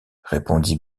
répondit